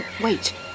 wait